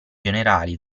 generali